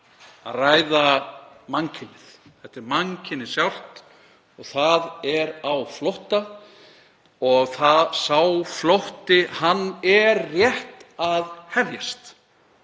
að ræða mannkynið. Þetta er mannkynið sjálft, það er á flótta og sá flótti er rétt að hefjast.